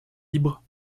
libre